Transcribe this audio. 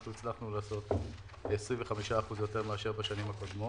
אנחנו הצלחנו לעשות 25% יותר מאשר בשנים הקודמות.